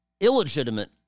illegitimate